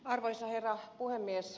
arvoisa herra puhemies